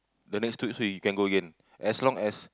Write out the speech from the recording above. the next two week you can go again as long as